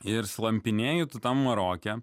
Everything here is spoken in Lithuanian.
ir slampinėju tą maroke